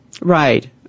Right